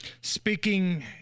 Speaking